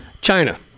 China